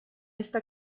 esta